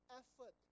effort